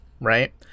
right